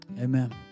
amen